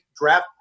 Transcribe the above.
draft